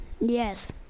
Yes